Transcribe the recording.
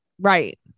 Right